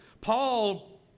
Paul